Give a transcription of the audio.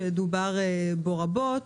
שדובר בו רבות,